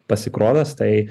pasikrovęs tai